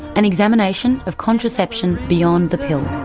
an examination of contraception beyond the pill.